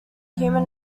human